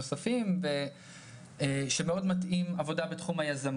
יש נושאים נוספים שקשורים לגיל הפרישה ואני ממשיכה